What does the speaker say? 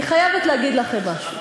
אני חייבת להגיד לכם משהו,